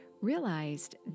realized